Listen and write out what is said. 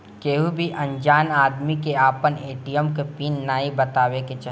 केहू भी अनजान आदमी के आपन ए.टी.एम के पिन नाइ बतावे के चाही